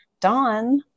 Dawn